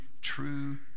true